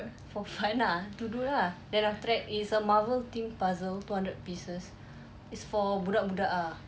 for fun ah to do ah then after that it's a marvel themed puzzle two hundred pieces it's for budak-budak ah